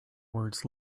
words